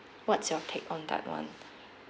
what's your take on that one